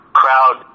crowd